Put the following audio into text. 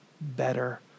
better